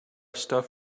stuff